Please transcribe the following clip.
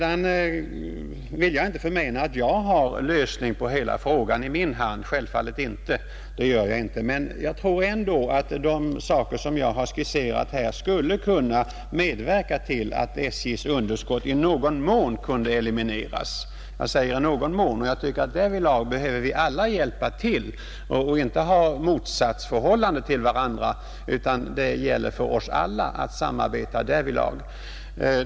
Jag vill självfallet inte mena att jag har en lösning på hela frågan i min hand, men jag tror ändå att de åtgärder jag har skisserat här skulle kunna medverka till att SJ:s underskott i någon mån kunde elimineras. Därvidlag behöver vi alla hjälpa till och inte stå i något motsatsförhållande till varandra. Det gäller för oss alla att samarbeta här.